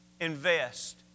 invest